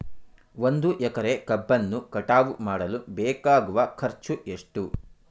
ಒಂದು ಎಕರೆ ಕಬ್ಬನ್ನು ಕಟಾವು ಮಾಡಲು ಬೇಕಾಗುವ ಖರ್ಚು ಎಷ್ಟು?